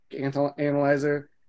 analyzer